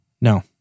No